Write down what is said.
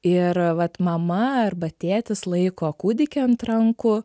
ir vat mama arba tėtis laiko kūdikį ant rankų